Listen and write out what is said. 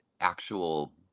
actual